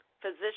Physician